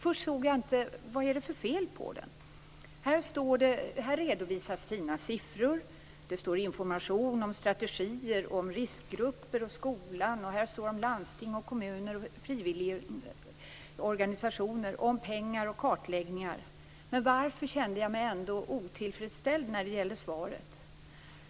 Först såg jag inte vad det var för fel på den. Här redovisas fina siffror, och här finns information om strategier och riskgrupper, om skolan, landsting, kommuner, frivilligorganisationer och om pengar och kartläggningar. Varför kände jag mig ändå otillfredsställd med svaret?